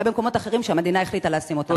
אולי במקומות אחרים שהמדינה החליטה לשים אותם שם?